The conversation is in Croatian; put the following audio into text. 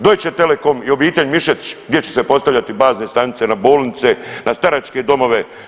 Deutsche telecom i obitelj Mišetić gdje će se postavljati bazne stanice na bolnice, na staračke domove.